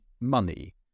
money